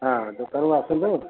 ହଁ ଦୋକାନରୁ ଆସନ୍ତୁ